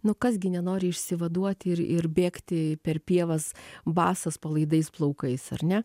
nu kas gi nenori išsivaduoti ir ir bėgti per pievas basas palaidais plaukais ar ne